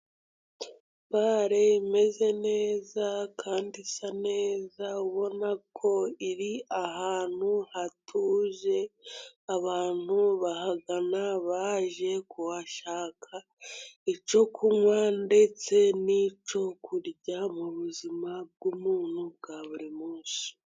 Bare imeze neza kandi isa neza, ubona ko iri ahantu hatuje abantu bahagana bajye kuhashaka icyo kunywa ndetse n'icyo kurya, mu buzima bw'umuntu bwa buri munsi.